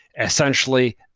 Essentially